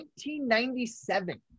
1997